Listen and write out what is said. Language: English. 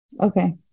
Okay